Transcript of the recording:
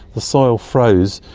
the soil froze.